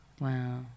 Wow